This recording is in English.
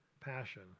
passion